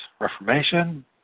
Reformation